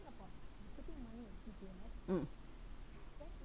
mm